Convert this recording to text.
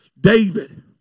David